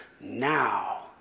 now